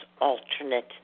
alternate